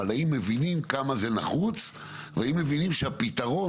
אבל האם מבינים כמה זה נחוץ והאם מבינים שהפתרון